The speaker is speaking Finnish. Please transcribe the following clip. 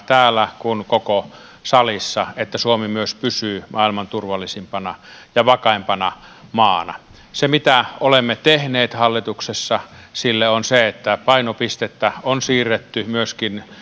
täällä koko salissa sen tärkeämpää tehtävää kuin että suomi myös pysyy maailman turvallisimpana ja vakaimpana maana se mitä olemme tehneet hallituksessa sille on se että painopistettä on siirretty myöskin